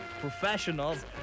professionals